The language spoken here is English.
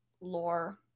lore